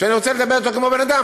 כשאני רוצה לדבר איתו כמו בן אדם,